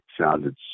sounded